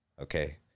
Okay